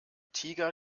tiger